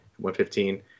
115